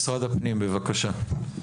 משרד הפנים, בבקשה.